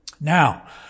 Now